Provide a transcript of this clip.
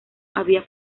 había